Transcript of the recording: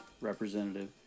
Representative